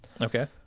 Okay